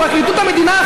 פרקליטות המדינה,